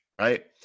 right